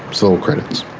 soil credits.